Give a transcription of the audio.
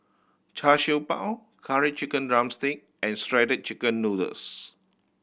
Char Siew Bao Curry Chicken drumstick and Shredded Chicken Noodles